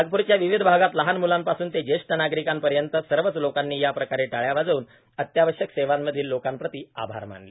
नागपूरच्या विविध भागात लहान म्लांपासून ते जेष्ठ नगरीकनपर्यंत सर्वच लोकांनी या प्रकारे टाळ्या वाजवून अत्यावश्यक सेवांमधील लोकांप्रती आभार मानले